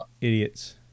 Idiots